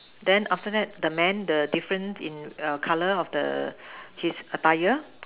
then after the man the different in err color of the she is a buyer